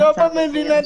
לא במדינת ישראל.